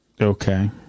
Okay